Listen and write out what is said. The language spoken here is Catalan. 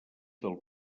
del